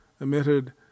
emitted